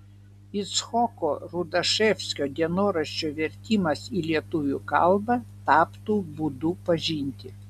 icchoko rudaševskio dienoraščio vertimas į lietuvių kalbą taptų būdu pažinti